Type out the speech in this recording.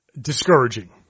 discouraging